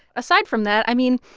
aside from that, i mean,